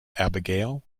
abigail